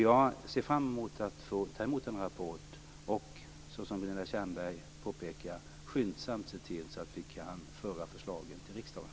Jag ser fram emot att få ta emot denna rapport och att, som Gunilla Tjernberg påpekar, skyndsamt se till att vi kan föra förslagen till riksdagen.